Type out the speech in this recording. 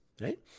right